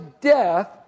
death